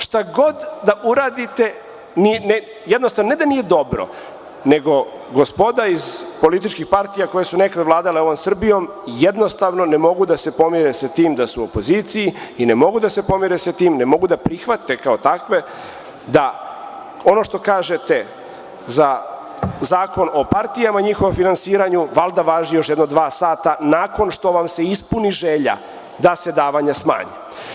Šta god da uradite, jednostavno, ne da nije dobro, nego gospoda iz političkih partija koje su nekad vladale ovom Srbijom, jednostavno ne mogu da se pomire s tim da su u opoziciji i ne mogu da se pomire sa tim i ne mogu da prihvate da ono što kažete za zakon o partijama, njihovom finansiranju, da l` da važi još jedno dva sata, nakon što vam se ispuni želja da se davanja smanje.